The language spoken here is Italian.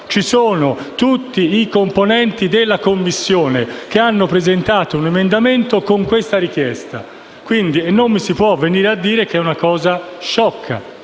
Tutti i componenti della Commissione hanno presentato un emendamento con questa richiesta; e non mi si può venire a dire che è una richiesta sciocca.